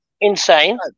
insane